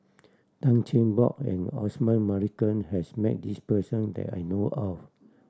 Tan Cheng Bock and Osman Merican has met this person that I know of